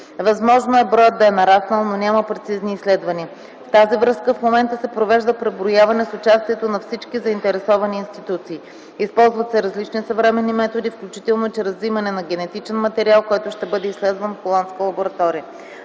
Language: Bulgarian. Възможно е броят да е нараснал, но няма прецизни изследвания. В тази връзка в момента се провежда преброяване с участието на всички заинтересовани институции. Използват се различни съвременни методи, включително и чрез взимане на генетичен материал, който ще бъде изследван в холандска лаборатория.